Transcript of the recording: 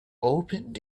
opened